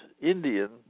Indian